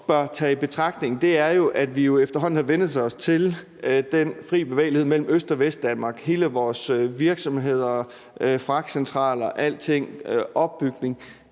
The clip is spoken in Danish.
bør tage i betragtning, er, at vi jo efterhånden har vænnet os til den fri bevægelighed mellem Øst- og Vestdanmark, hvad angår alle vores virksomheder, fragtcentralerne og opbygningen